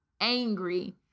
Angry